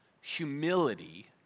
Humility